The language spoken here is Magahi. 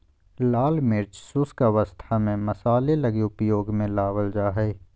लाल मिर्च शुष्क अवस्था में मसाले लगी उपयोग में लाबल जा हइ